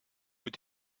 mit